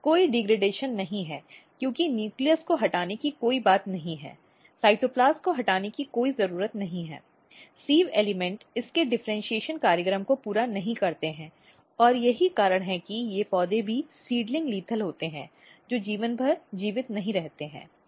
तो कोई डिग्रेडेशन नहीं है क्योंकि न्यूक्लियस को हटाने की कोई बात नहीं है साइटोप्लास्ट को हटाने की कोई जरूरत नहीं है सिव़ एलिमेंट इसके डिफ़र्इन्शीएशन कार्यक्रम को पूरा नहीं करते हैं और यही कारण है कि ये पौधे भी सीडलिंग लीथल होते हैं जो जीवन भर जीवित नहीं रहते हैं